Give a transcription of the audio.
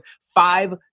five